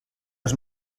als